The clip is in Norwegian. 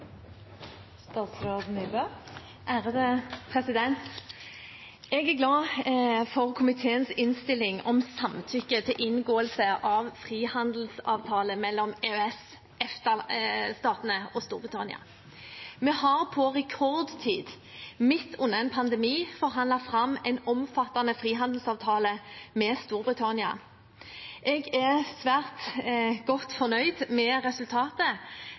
glad for komiteens innstilling om samtykke til inngåelse av frihandelsavtale mellom EØS/EFTA-statene og Storbritannia. Vi har på rekordtid, midt under en pandemi, forhandlet fram en omfattende frihandelsavtale med Storbritannia. Jeg er svært godt fornøyd med resultatet.